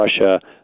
Russia